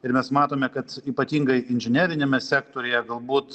ir mes matome kad ypatingai inžineriniame sektoriuje galbūt